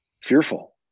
fearful